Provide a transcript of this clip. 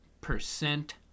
percent